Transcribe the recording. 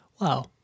Wow